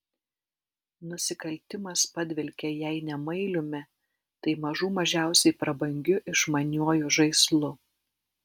nusikaltimas padvelkė jei ne mailiumi tai mažų mažiausiai prabangiu išmaniuoju žaislu